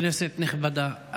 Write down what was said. כנסת נכבדה,